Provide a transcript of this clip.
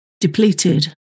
depleted